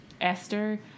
Esther